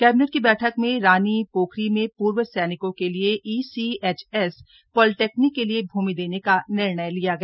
cabinet की बैठक में रानीपोखरी में पूर्व सैनिकों के लिये ईसीएचएस पालिटेक्निक के लिये भूमि देने का निर्णय लिया गया